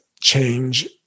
change